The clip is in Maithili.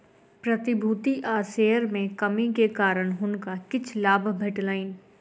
प्रतिभूति आ शेयर में कमी के कारण हुनका किछ लाभ भेटलैन